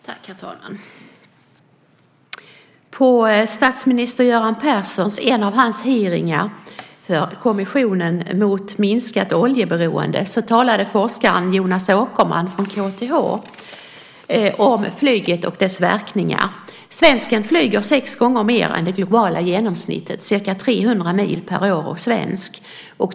Herr talman! På en av statsminister Göran Perssons hearingar i kommissionen om minskat oljeberoende talade forskaren Jonas Åkerman från KTH om flyget och dess verkningar. Svensken flyger sex gånger mer än det globala genomsnittet, ca 300 mil per år och svensk.